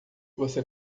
você